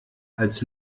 als